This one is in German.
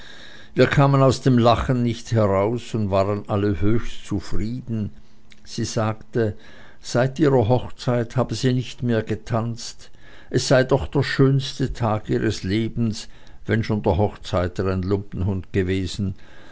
wir kamen aus dem lachen nicht heraus und waren alle höchst zufrieden sie sagte seit ihrer hochzeit habe sie nicht mehr getanzt es sei doch der schönste tag ihres lebens wennschon der hochzeiter ein lumpenhund gewesen